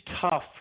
tough